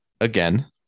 again